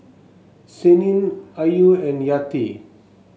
Senin Ayu and Yati